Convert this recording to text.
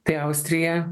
tai austrija